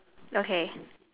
okay